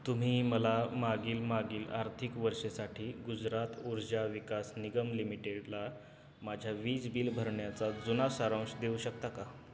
तुम्ही मला मागील मागील आर्थिक वर्षासाठी गुजरात ऊर्जा विकास निगम लिमिटेडला माझ्या वीज बिल भरण्याचा जुना सारांश देऊ शकता का